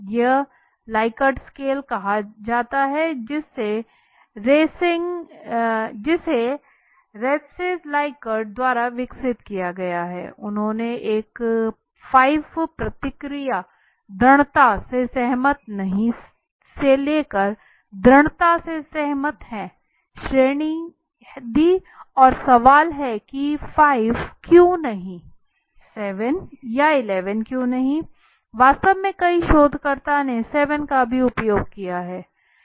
यह Likert scale कहा जाता है जिसके रेंसिस लाइकेर्ट द्वारा विकसित किया गया है उन्होंने एक 5 प्रतिक्रिया दृढ़ता से सहमत नहीं से लेकर दृढ़ता से सहमत हैं श्रेणी दी और सवाल है कि 5 क्यों नहीं 7 या 11 क्यों नहीं वास्तव में कई शोधकर्ता ने 7 का भी उपयोग किया है